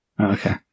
Okay